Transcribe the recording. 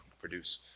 produce